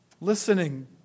Listening